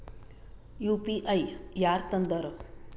UPI ಯಾರ್ ತಂದಾರ?